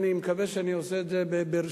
אני מקווה שאני עושה את זה ברשות,